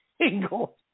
single